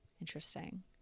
Interesting